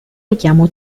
richiamo